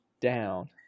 down